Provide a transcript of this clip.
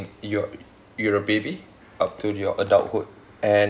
you're you're a baby up to your adulthood and